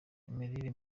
imirire